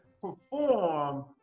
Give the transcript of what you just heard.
perform